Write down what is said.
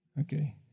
Okay